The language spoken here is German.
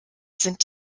sind